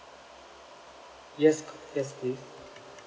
yes co~ yes please